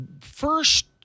first